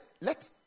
let